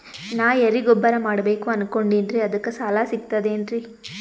ನಾ ಎರಿಗೊಬ್ಬರ ಮಾಡಬೇಕು ಅನಕೊಂಡಿನ್ರಿ ಅದಕ ಸಾಲಾ ಸಿಗ್ತದೇನ್ರಿ?